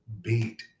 beat